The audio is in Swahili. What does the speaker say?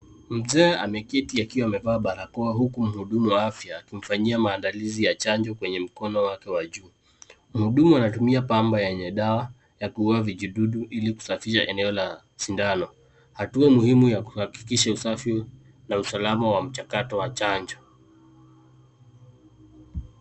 Mzee ameketi akiwa amevaa barakoa huku mhudumu wa afya akimfanyia maandalizi ya chanjo kwenye mkono wake wa juuu. Muhudumu anatumia pamba yenye dawa ya kuua vijidudu ili kusafisisha eneo la sindano. Hatua muhimu ya kuhakikisha usafi na usalama wa mchakato wa chanjo.